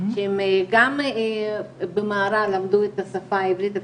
הם גם במהירה למדו את השפה העברית,